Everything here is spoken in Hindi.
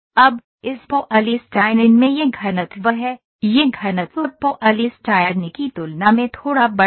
अब इस पॉलीस्टाइनिन में यह घनत्व है यह घनत्व पॉलीस्टायर्न की तुलना में थोड़ा बड़ा है